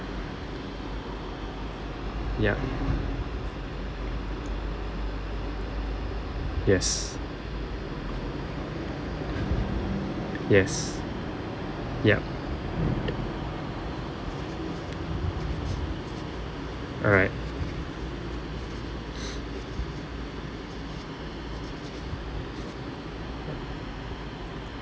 yup yes yes yup all right